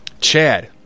Chad